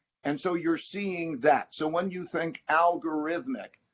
and so you're seeing that. so when you think algorithmic,